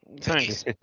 Thanks